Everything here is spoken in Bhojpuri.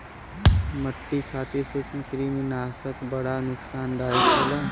मट्टी खातिर सूत्रकृमिनाशक बड़ा नुकसानदायक होला